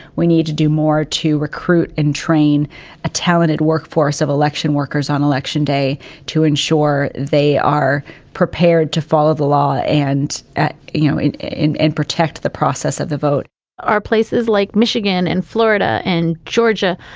we need to do more to recruit and train a talented workforce of election workers on election day to ensure they are prepared to follow the law and at, you know, in in and protect the process of the vote are places like michigan and florida and georgia.